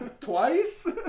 twice